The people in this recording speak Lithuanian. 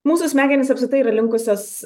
mūsų smegenys apskritai yra linkusios